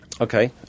Okay